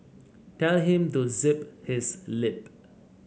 tell him to zip his lip